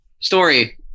story